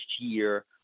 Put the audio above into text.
year